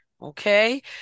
Okay